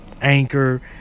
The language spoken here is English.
Anchor